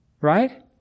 Right